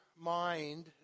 mind